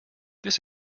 this